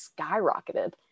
skyrocketed